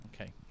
Okay